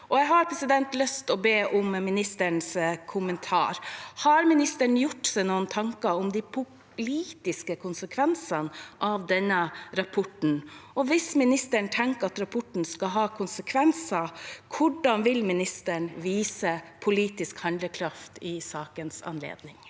Jeg har lyst til å be om ministerens kommentar. Har han gjort seg noen tanker om de politiske konsekvensene av denne rapporten? Hvis han tenker at rapporten skal ha konsekvenser, hvordan vil han vise politisk handlekraft i sakens anledning?